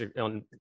on